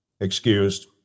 Excused